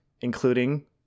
including